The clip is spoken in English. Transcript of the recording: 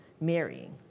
marrying